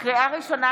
לקריאה ראשונה,